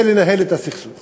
זה לנהל את הסכסוך